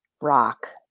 rock